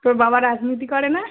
তোর বাবা রাজনীতি করে না